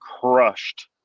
crushed